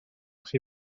chi